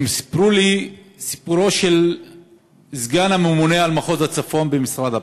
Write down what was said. והם סיפרו לי את סיפורו של סגן הממונה על מחוז הצפון במשרד הפנים,